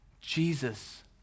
Jesus